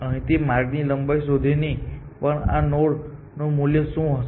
અહીંથી માર્ગની લંબાઈ સુધી પણ આ નોડ નું મૂલ્ય શું હશે